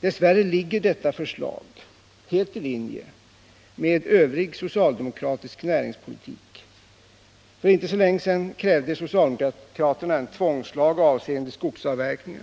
Dess värre ligger detta förslag helt i linje med övrig socialdemokratisk näringspolitik. För inte länge sedan krävde socialdemokraterna en tvångslag avseende skogsavverkning.